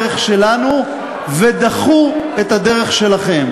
הספורט, וכמובן לאנשי מועצת ההימורים.